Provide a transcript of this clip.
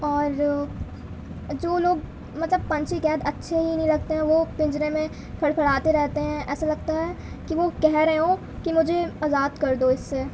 اور جو لوگ مطلب پنچھی قید اچّھے ہی نہیں لگتے ہیں وہ پنجرے میں پھڑ پھڑاتے رہتے ہیں ایسا لگتا ہے کہ وہ کہہ رہے ہوں کہ مجھے آزاد کر دواس سے